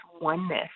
oneness